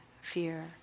fear